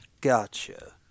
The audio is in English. Gotcha